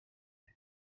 hyn